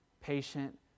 patient